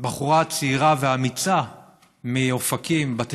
בחורה צעירה ואמיצה מאופקים, בת 24,